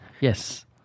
Yes